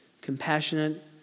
compassionate